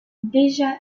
déjà